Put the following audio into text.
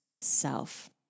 self